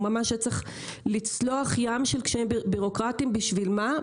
הוא ממש היה צריך לצלוח ים של קשיים בירוקרטים בשביל מה?